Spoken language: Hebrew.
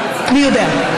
מי יודע?